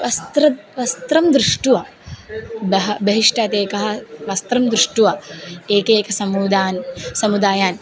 वस्त्रं वस्त्रं दृष्ट्वा बह बहिस्तात् एकं वस्त्रं दृष्ट्वा एकैक समुदान् समुदायान्